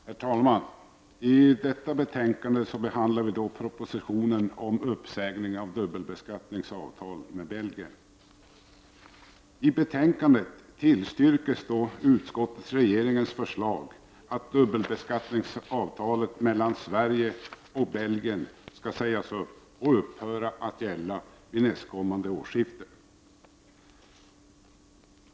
Herr talman! I detta betänkande behandlas propositionen om uppsägning av dubbelbeskattningsavtalet med Belgien. I betänkandet tillstyrker utskottet regeringens förslag att dubbelbeskattningsavtalet mellan Sverige och Belgien skall sägas upp och upphöra att gälla vid nästkommande årsskifte.